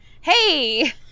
Hey